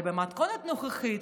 אבל במתכונת הנוכחית,